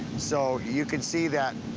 so you could see that,